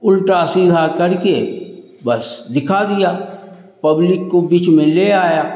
उल्टा सीधा करके बस दिखा दिया पब्लिक को बीच में ले आया